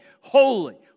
holy